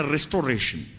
Restoration